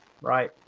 right